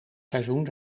seizoen